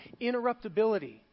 interruptibility